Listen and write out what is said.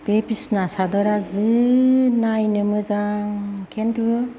बि बिसिना सादोरा जि नायनो मोजां खिन्थु